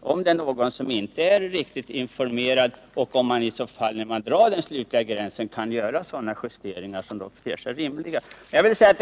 om det är någon som inte är riktigt informerad och om det i så fall, då den slutliga gränsen dras, kan göras rimliga justeringar.